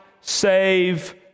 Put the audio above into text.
save